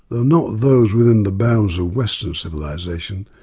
though not those within the bounds of western civilisation,